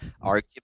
argument